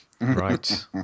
Right